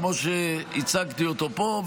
כמו שהצגתי אותו פה,